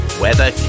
weather